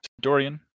Dorian